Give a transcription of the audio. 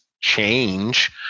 change